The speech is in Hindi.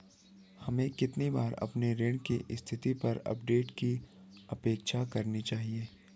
हमें कितनी बार अपने ऋण की स्थिति पर अपडेट की अपेक्षा करनी चाहिए?